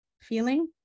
feeling